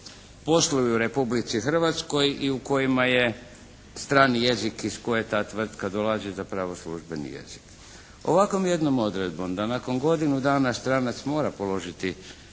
posluju u Republici Hrvatskoj i u kojima je strani jezik iz koje ta tvrtka dolazi zapravo službeni jezik. Ovakvom jednom odredbom da nakon godinu dana stranac mora položiti